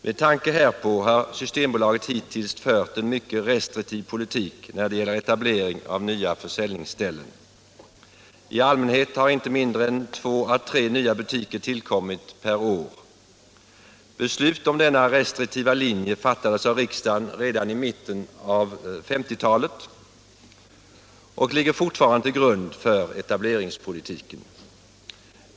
Med tanke härpå har Systembolaget hittills fört en mycket restriktiv politik när det gäller etablering av nya försäljningsställen. I allmänhet har inte mer än två å tre nya butiker tillkommit per år. Beslut om denna restriktiva linje fattades av riksdagen redan i mitten av 1950-talet och ligger fortfarande till grund för etableringspolitiken.